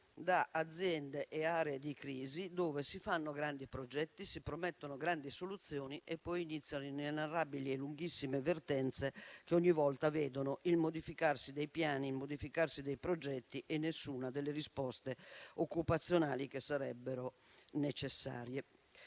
da aziende e aree di crisi dove si fanno grandi progetti, si promettono grandi soluzioni e poi iniziano inenarrabili e lunghissime vertenze che ogni volta vedono il modificarsi dei piani e dei progetti e nessuna delle risposte occupazionali che sarebbero necessarie.